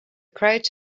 crowd